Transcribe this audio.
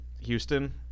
Houston